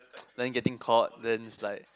then getting caught then is like